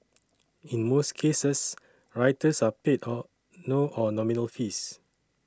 in most cases writers are paid or nominal fees